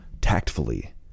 tactfully